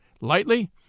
Lightly